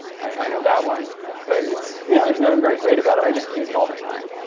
i know that one but it's yeah there's nothing very great about it. i just use it all the time.